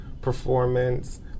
performance